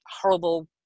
horrible